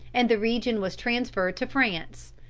and the region was transferred to france.